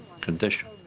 condition